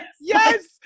Yes